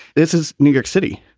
this is new york city.